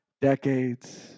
decades